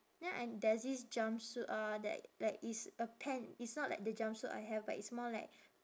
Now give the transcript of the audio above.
then I there's this jumpsuit uh that like it's a pant it's not like the jumpsuit I have but it's more like